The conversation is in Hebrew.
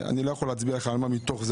אני לא יכול להצביע לך על מה מתוך זה